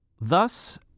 Thus